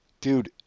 dude